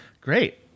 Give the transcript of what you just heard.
Great